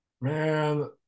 Man